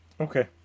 Okay